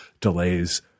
delays